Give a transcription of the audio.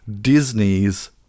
Disney's